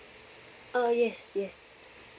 uh yes yes